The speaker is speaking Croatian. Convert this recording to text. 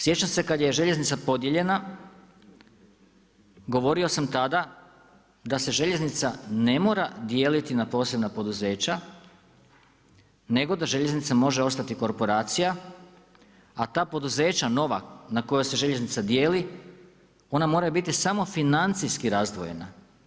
Sjećam se kad je željeznica podijeljena, govorio sam tada da se željeznica ne mora dijeliti na posebna poduzeća nego da željeznica može ostati korporacija a ta poduzeća nova na koje se željeznica dijeli, ona mora biti samo financijski razdvojena.